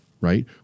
right